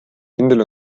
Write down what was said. kindel